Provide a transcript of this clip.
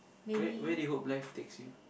where where do you hope that life takes you